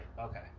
Okay